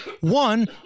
one